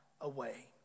away